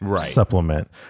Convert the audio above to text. supplement